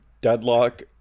deadlock